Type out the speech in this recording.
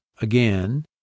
again